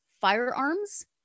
firearms